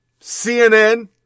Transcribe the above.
CNN